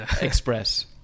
Express